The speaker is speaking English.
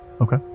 Okay